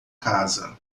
casa